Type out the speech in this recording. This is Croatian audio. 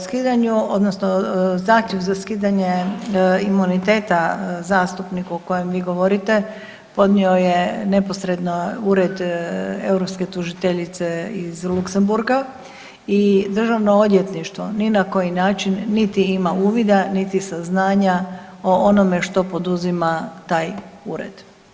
O skidanju, odnosno, zahtjev za skidanje imuniteta zastupniku o kojem vi govorite, podnio je neposredno Ured europske tužiteljice iz Luksemburga i Državno odvjetništvo ni na koji način niti ima uvida niti saznanja o onome što poduzima taj ured.